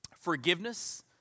Forgiveness